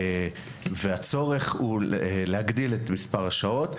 הצורך הוא להגדיל את מספר השעות.